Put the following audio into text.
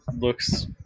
looks